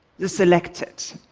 the selected.